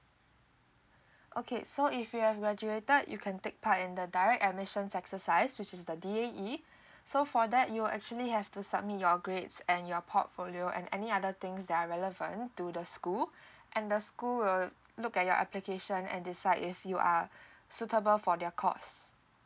okay so if you have graduated you can take part in the direct admission exercise which is the D_A_E so for that you'll actually have to submit your grades and your portfolio and any other things that are relevant to the school and the school will look at your application and decide if you are suitable for their course